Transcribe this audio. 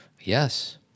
Yes